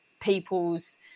people's